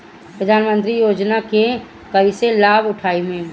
प्रधानमंत्री योजना के कईसे लाभ उठाईम?